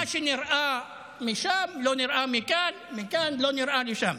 מה שנראה משם לא נראה מכאן, ומה שכאן לא נראה משם.